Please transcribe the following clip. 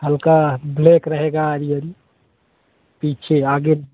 हल्का ब्लैक रहेगा आरी आरी पीछे आगे